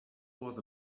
was